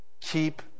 keep